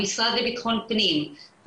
המשרד לביטחון פנים,